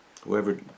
whoever